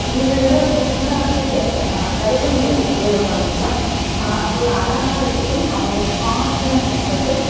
இந்த தடவை புதுசாக இருந்துது கருப்பு நிற கொக்குகளை கவனிச்சேன் அதோட அழகா இருக்கட்டும் அதோட ஷார்ப்னஸ் இருக்கட்டும்